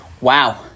Wow